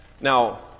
Now